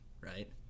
right